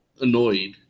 annoyed